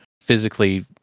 physically